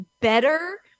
better